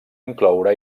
incloure